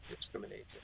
discrimination